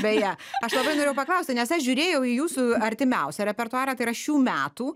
beje aš labai norėjau paklausti nes aš žiūrėjau į jūsų artimiausią repertuarą tai yra šių metų